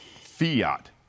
fiat